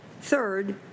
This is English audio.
Third